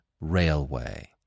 RAILWAY